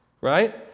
right